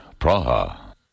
Praha